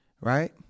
right